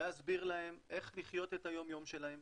להסביר להם איך לחיות את היום יום שלהם,